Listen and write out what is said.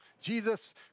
Jesus